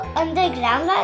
underground